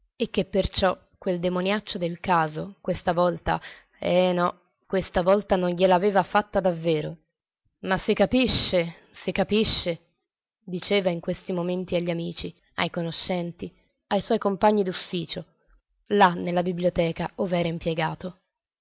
e che perciò quel demoniaccio del caso questa volta eh no questa volta non gliel'aveva fatta davvero ma si capisce ma si capisce diceva in questi momenti agli amici ai conoscenti suoi compagni d'ufficio là nella biblioteca ov'era impiegato